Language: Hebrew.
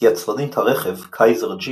יצרנית הרכב Kaiser Jeep